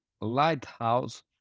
lighthouse